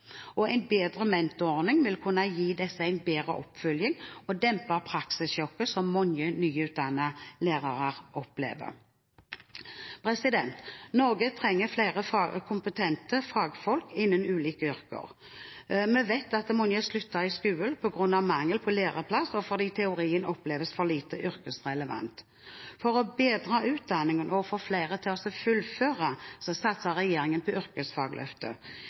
og en bedre mentordning vil kunne gi disse en bedre oppfølging og dempe praksissjokket som mange nyutdannede lærere opplever. Norge trenger flere kompetente fagfolk innen ulike yrker. Vi vet at mange slutter i skolen på grunn av mangel på læreplass og fordi teorien oppleves for lite yrkesrelevant. For å bedre utdanningen og få flere til å fullføre satser regjeringen på